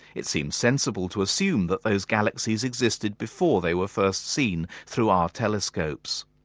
it seems sensible to assume that those galaxies existed before they were first seen through our telescopes.